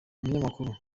umunyamakuru